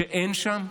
שאין שם?